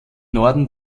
norden